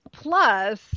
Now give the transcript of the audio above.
Plus